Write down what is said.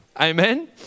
Amen